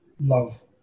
love